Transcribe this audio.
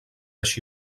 així